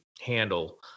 handle